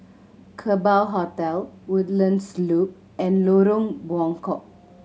Kerbau Hotel Woodlands Loop and Lorong Buangkok